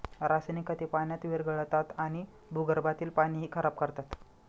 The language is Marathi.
रासायनिक खते पाण्यात विरघळतात आणि भूगर्भातील पाणीही खराब करतात